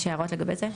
יש הערות לגבי זה?